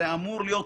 זה אמור להיות